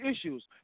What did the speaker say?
issues